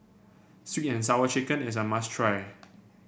sweet and Sour Chicken is a must try